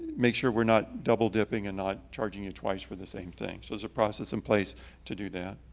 make sure we're not double-dipping and not charging you twice for the same thing. so there's a process in place to do that.